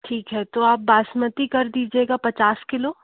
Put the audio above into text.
ठीक है तो आप बासमती कर दीजिएगा पचास किलो